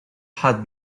had